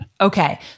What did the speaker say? Okay